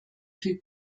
viel